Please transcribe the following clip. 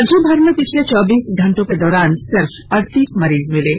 राज्यभर में पिछले चौबीस घंटों के दौरान सिर्फ अड़तीस मरीज मिले हैं